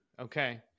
Okay